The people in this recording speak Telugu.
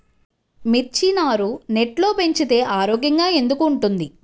మిర్చి నారు నెట్లో పెంచితే ఆరోగ్యంగా ఎందుకు ఉంటుంది?